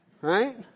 Right